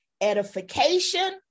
edification